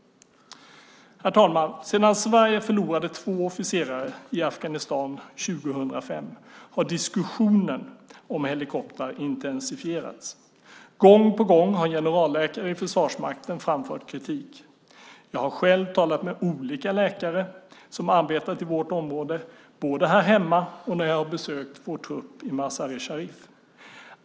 Herr talman! Sedan Sverige förlorade två officerare i Afghanistan 2005 har diskussionen om helikoptrar intensifierats. Gång på gång har generalläkare i Försvarsmakten framfört kritik. Jag har själv talat med olika läkare som arbetat i vårt område både här hemma och när jag har besökt vår trupp i Mazar-i-Sharif.